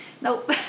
nope